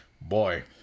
boy